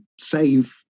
save